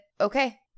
okay